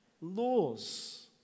laws